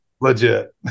legit